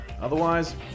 Otherwise